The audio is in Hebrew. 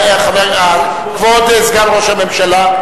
כבוד סגן ראש הממשלה.